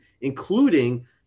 including